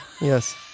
yes